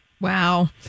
wow